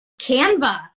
Canva